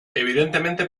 evidentemente